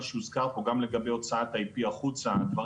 הדברים הם מאוד ברורים וסדורים והם מופיעים באתר שלנו.